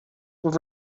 were